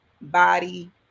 body